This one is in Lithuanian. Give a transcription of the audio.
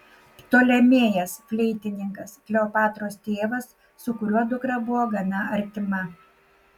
ptolemėjas fleitininkas kleopatros tėvas su kuriuo dukra buvo gana artima